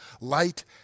light